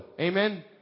Amen